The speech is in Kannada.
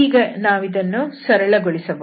ಈಗ ನಾವಿದನ್ನು ಸರಳಗೊಳಿಸಬಹುದು